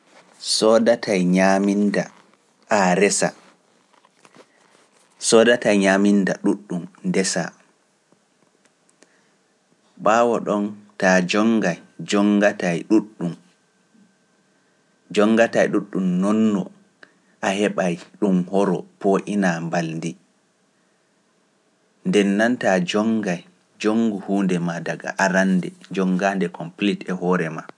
Soodatay ñaaminda a resa, soodatay ñaaminda ɗuuɗɗum horoo pooyina mbalndi. Nde nantaa jonngay jonngu huunde maa daga arande jonngaande kompleet e hoore maa.